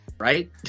Right